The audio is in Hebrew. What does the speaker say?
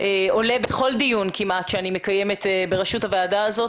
עולה כמעט בכל דיון שאני מקיימת בראשות הוועדה הזאת.